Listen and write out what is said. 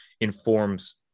informs